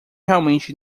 realmente